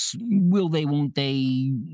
will-they-won't-they